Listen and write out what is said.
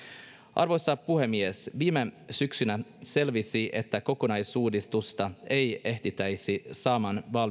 arvoisa puhemies viime syksynä selvisi että kokonaisuudistusta ei ehdittäisi saamaan